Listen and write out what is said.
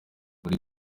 muri